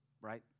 right